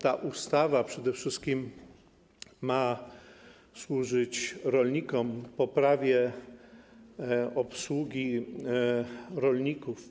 Ta ustawa przede wszystkim ma służyć rolnikom, poprawie obsługi rolników.